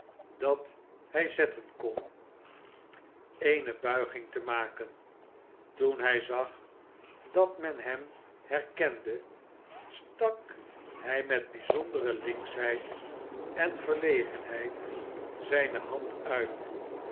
dat hij zetten kon eene buiging te maken toen hij zag dat men hem herkende stak hij met bijzondere linkschheid en verlegenheid zijne hand uit